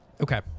Okay